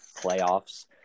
playoffs